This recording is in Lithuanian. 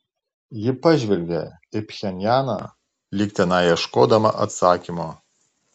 ji pažvelgė į pchenjaną lyg tenai ieškodama atsakymo